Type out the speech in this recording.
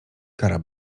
kara